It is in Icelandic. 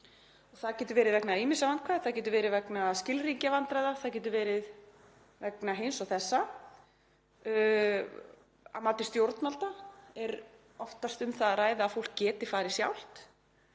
Það getur verið vegna ýmissa vandkvæða. Það getur verið vegna skilríkjavandræða. Það getur verið vegna hins og þessa. Að mati stjórnvalda er oftast um það að ræða að fólk geti farið sjálft